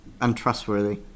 untrustworthy